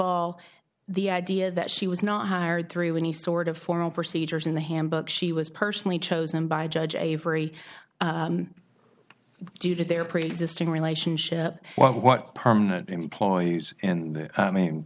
all the idea that she was not hired through and he sort of formal procedures in the handbook she was personally chosen by judge avery due to their preexisting relationship what permanent employees and i mean